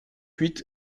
huit